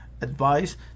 advice